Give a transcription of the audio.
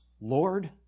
Lord